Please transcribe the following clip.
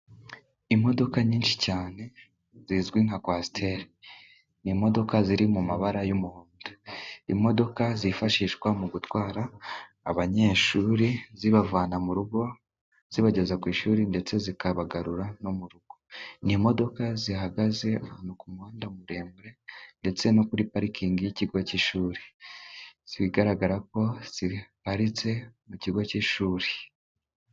Imodoka nyinshi cyane zizwi nka coater ni imodoka ziri mu imabara ry'umuhondo imodoka zifashishwa mu gutwara abanyeshuri, zibavana mu rugo zibageza ku ishuri, ndetse zikabagarura no mu rugo n'imodoka zihagaze abantu ku kumuhanda muremure ndetse no kuri parikingi y'ikigo cy'ishuri zigaragara ko ziparitse mu kigo cy'ishuri.